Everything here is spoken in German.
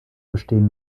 bestehen